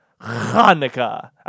Hanukkah